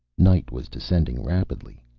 night was descending rapidly.